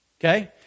Okay